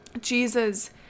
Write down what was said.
Jesus